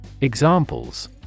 Examples